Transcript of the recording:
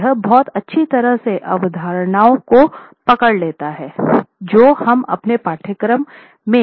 और यह बहुत अच्छी तरह से अवधारणाो को पकड़ लेता है जो हम अपने पाठ्यक्रम में पहले भी परखते रहे हैं